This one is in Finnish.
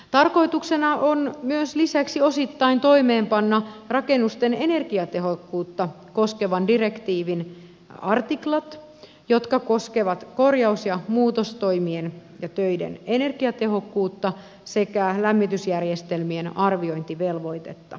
tarkoituksena on lisäksi osittain toimeenpanna rakennusten energiatehokkuutta koskevan direktiivin artiklat jotka koskevat korjaus ja muutostoimien ja töiden energiatehokkuutta sekä lämmitysjärjestelmien arviointivelvoitetta